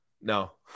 No